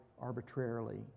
arbitrarily